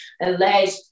alleged